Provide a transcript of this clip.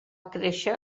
créixer